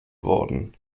worden